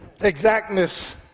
Exactness